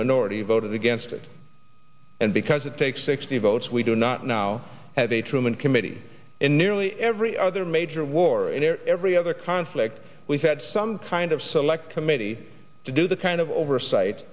minority voted against it and because it takes sixty votes we do not now have a truman committee in nearly every other major war every other conflict we've had some kind of select committee to do the kind of oversight